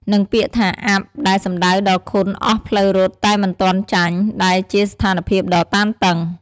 និងពាក្យថា អាប់ ដែលសំដៅដល់ខុនអស់ផ្លូវរត់តែមិនទាន់ចាញ់ ដែលជាស្ថានភាពដ៏តានតឹង។